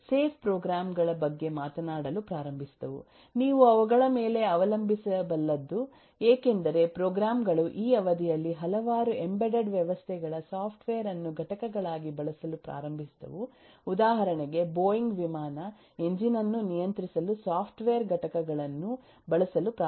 safe program ಗಳ ಬಗ್ಗೆ ಮಾತನಾಡಲು ಪ್ರಾರಂಭಿಸಿದವು ನೀವು ಅವುಗಳ ಮೇಲೆ ಅವಲಂಬಿಸಬಲ್ಲದು ಏಕೆಂದರೆ ಪ್ರೋಗ್ರಾಮ್ ಗಳು ಈ ಅವಧಿಯಲ್ಲಿ ಹಲವಾರು ಎಂಬೆಡೆಡ್ ವ್ಯವಸ್ಥೆಗಳಸಾಫ್ಟ್ವೇರ್ ಅನ್ನು ಘಟಕಗಳಾಗಿ ಬಳಸಲು ಪ್ರಾರಂಭಿಸಿದವು ಉದಾಹರಣೆಗೆ ಬೋಯಿಂಗ್ ವಿಮಾನ ಎಂಜಿನ್ ಅನ್ನು ನಿಯಂತ್ರಿಸಲು ಸಾಫ್ಟ್ವೇರ್ ಘಟಕಗಳನ್ನು ಬಳಸಲು ಪ್ರಾರಂಭಿಸಿತು